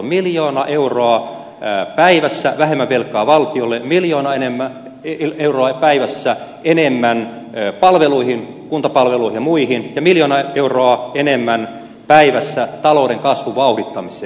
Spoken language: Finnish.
miljoona euroa päivässä vähemmän velkaa valtiolle miljoona euroa päivässä enemmän kunta ja muihin palveluihin ja miljoona euroa enemmän päivässä talouden kasvun vauhdittamiseen